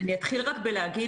אתחיל רק ואומר,